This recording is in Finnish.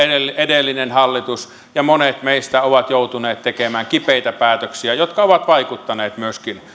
edellinen hallitus ja monet meistä ovat joutuneet tekemään kipeitä päätöksiä jotka ovat vaikuttaneet myöskin